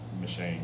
machine